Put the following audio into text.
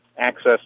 access